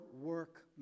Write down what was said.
work